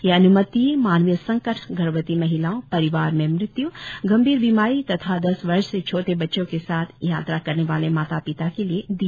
यह अन्मति मानवीय संकट गर्भवती महिलाओं परिवार में मृत्य् गंभीर बीमारी तथा दस वर्ष से छोटे बच्चों के साथ यात्रा करने वाले माता पिता के लिए दी जा सकती है